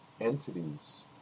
entities